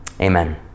amen